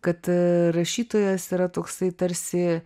kad rašytojas yra toksai tarsi